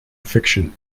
fiction